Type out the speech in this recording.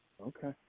Okay